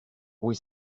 oui